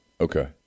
Okay